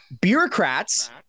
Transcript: bureaucrats